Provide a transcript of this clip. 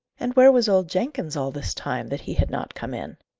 and where was old jenkins, all this time, that he had not come in?